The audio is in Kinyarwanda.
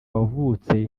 wavutse